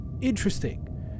interesting